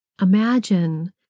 imagine